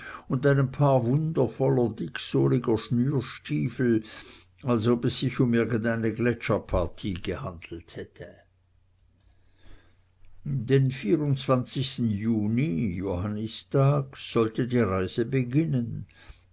und einem paar wundervoller dicksohliger schnürstiefel als ob es sich um irgendeine gletscherpartie gehandelt hätte den juni johannistag sollte die reise beginnen